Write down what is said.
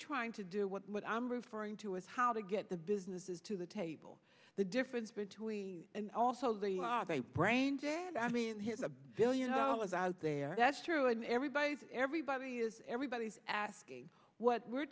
trying to do what i'm referring to is how to get the businesses to the table the difference between and also the braindead i mean here's a billion dollars out there true and everybody everybody is everybody is asking what we're